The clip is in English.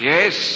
Yes